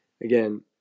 again